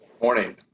Morning